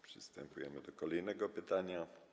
Przystępujemy do kolejnego pytania.